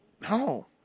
No